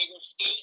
State